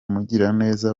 mugiraneza